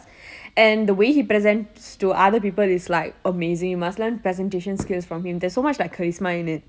and the way he presents to other people it's like amazing you must learn presentation skills from him there's so much like charisma in it